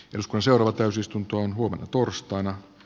jos kosovo täysistuntoon huomenna torstaina